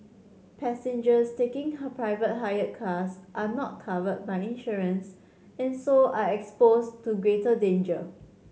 passengers taking private hire cars are not covered by insurance and so are exposed to greater danger